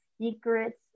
Secrets